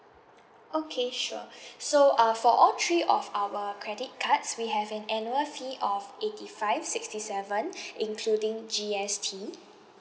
okay sure so uh for all three of our credit cards we have an annual fee of eighty five sixty seven including G_S_T